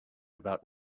about